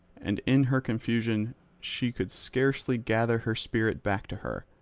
and in her confusion she could scarcely gather her spirit back to her.